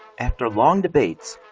after long debates,